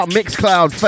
MixCloud